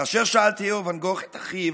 כאשר שאל תיאו ואן גוך את אחיו,